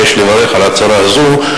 ויש לברך על ההצהרה הזו,